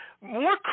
more